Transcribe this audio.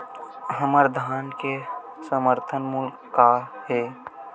हमर धान के समर्थन मूल्य का हे?